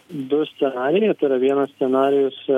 du scenarijai tai yra vienas scenarijus